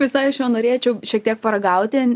visai aš jo norėčiau šiek tiek paragauti